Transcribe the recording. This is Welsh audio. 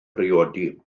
priodi